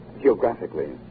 geographically